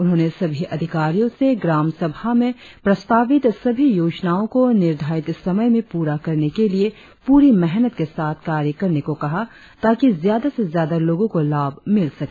उन्होने सभी अधिकारियों से ग्राम सभा में प्रस्तावित सभी योजनाओ को निर्धारित समय में पूरा करने के लिए पूरी मेहनत के साथ कार्य करने को कहा ताकि ज्यादा से ज्यादा लोगों को लाभ मिल सके